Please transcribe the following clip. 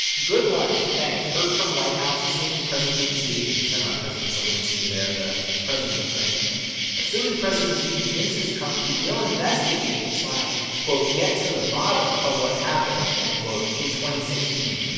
good lunch. thanks. heard from white house. assuming president z and he's talking about president zelenskiy there, the president of ukraine assuming president z convinces trump he will investigate slash, quote, get to the bottom of what happened, end quote, in two sixteen.